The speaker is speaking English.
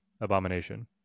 abomination